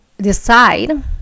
decide